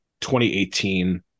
2018